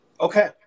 Okay